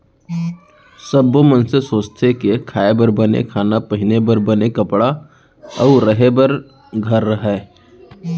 सब्बो मनसे सोचथें के खाए बर बने खाना, पहिरे बर बने कपड़ा अउ रहें बर घर रहय